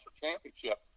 championship